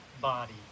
body